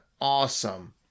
awesome